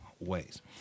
ways